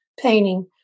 painting